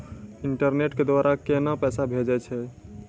Internet के द्वारा केना पैसा भेजय छै?